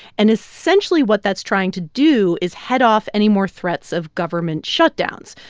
and essentially, what that's trying to do is head off any more threats of government shutdowns.